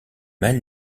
mal